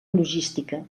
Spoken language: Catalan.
logística